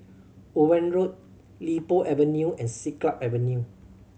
Owen Road Li Po Avenue and Siglap Avenue